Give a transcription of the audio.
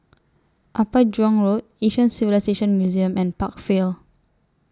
Upper Jurong Road Asian Civilisations Museum and Park Vale